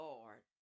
Lord